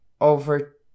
over